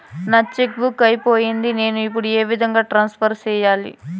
నా cheque book అయిపోయింది నేను ఇప్పుడు ఏ విధంగా ట్రాన్స్ఫర్ సేయాలి?